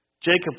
Jacob